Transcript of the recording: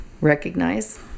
recognize